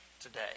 today